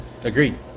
Agreed